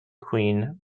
queen